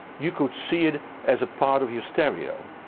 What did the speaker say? you could see it as a part of your stereo.